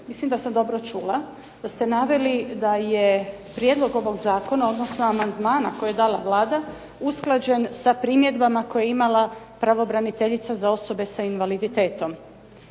mislim da sam dobro čula da ste naveli da je prijedlog ovog zakona odnosno amandmana koji je dala Vlada usklađen sa primjedbama koje je imala pravobraniteljica za osobe s invaliditetom.